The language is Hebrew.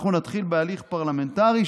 אנחנו נתחיל בהליך פרלמנטרי,